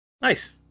Nice